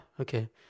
okay